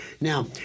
Now